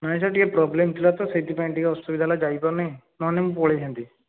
ନାଇଁ ସାର୍ ଟିକେ ପ୍ରୋବ୍ଲେମ ଥିଲା ତ ସେଇଥିପାଇଁ ଟିକିଏ ଅସୁବିଧା ହେଲା ଯାଇପାରୁନି ନହେନେ ମୁଁ ପଳେଇଥାନ୍ତି